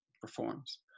performs